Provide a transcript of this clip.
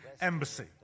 embassy